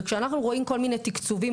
וכשאנחנו רואים כל מיני תקצובים,